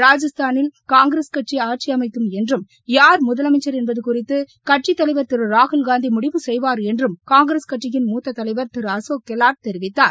ராஜஸ்தானில் காங்கிரஸ் கட்சி ஆட்சி அமைக்கும் என்றும் யார் முதலமைச்சர் என்பது குறித்து கட்சி தலைவா் ்திரு ராகுல்காந்தி முடிவு செய்வாா் என்றும் காங்கிரஸ் கட்சியின் மூத்த தலைவா் திரு அசோக் கெலாட் தெரிவித்தார்